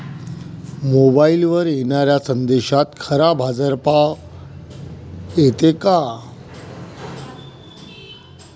मोबाईलवर येनाऱ्या संदेशात खरा बाजारभाव येते का?